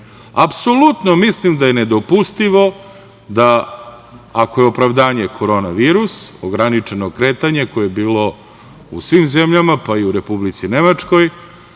Apsolutno mislim da je nedopustivo da ako je opravdanje Korona virus, ograničeno kretanje, koje je bilo u svim zemljama, pa i u Republici Nemačkoj,